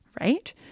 Right